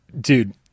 dude